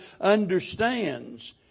understands